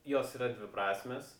jos yra dviprasmės